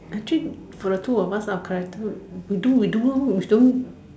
actually for the two of us our character we do we do we don't